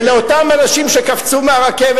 ולאותם אנשים שקפצו מהרכבת,